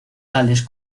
tales